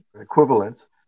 equivalents